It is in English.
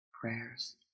prayers